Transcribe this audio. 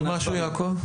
עוד משהו יעקב?